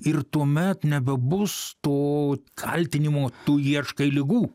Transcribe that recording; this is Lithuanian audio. ir tuomet nebebus to kaltinimo tu ieškai ligų